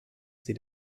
sie